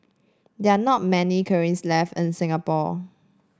there are not many kilns left in Singapore